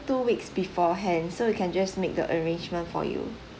two weeks beforehand so we can just make the arrangement for you